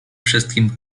wszystkim